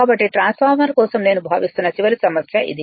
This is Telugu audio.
కాబట్టి ట్రాన్స్ఫార్మర్ కోసం నేను భావిస్తున్న చివరి సమస్య ఇది